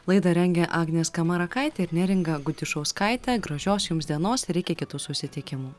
laidą rengė agnė skamarakaitė ir neringa gudišauskaitė gražios jums dienos ir iki kitų susitikimų